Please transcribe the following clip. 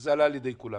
שזו עלתה על ידי כולם.